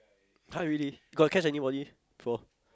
!huh! really got catch anybody before